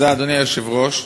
אדוני היושב-ראש,